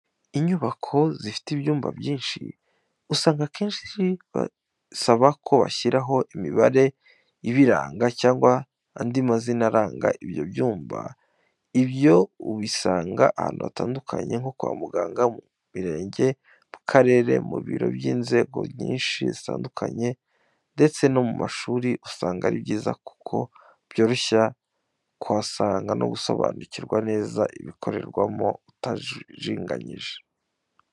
Inyubako zifite ibyumba byinshi, usanga kenshi bisaba ko bashyiraho imibare ibiranga cyangwa andi mazina aranga ibyo byumba. Ibyo ubisanga ahantu hatandukanye nko kwa muganga, ku murenge, ku karere, mu biro by’inzego nyinshi zitandukanye, ndetse no mu mashuri. Usanga ari byiza kuko byoroshya kuharanga no gusobanukirwa neza ibikorerwamo, utajijinganyije.